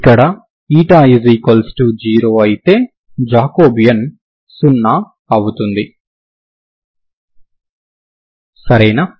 ఇక్కడ η0 అయితే జాకోబియన్ సున్నా అవుతుంది సరేనా